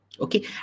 Okay